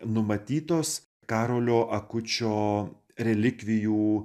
numatytos karolio akučių o relikvijų